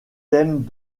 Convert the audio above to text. thèmes